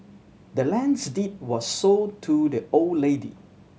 the land's deed was sold to the old lady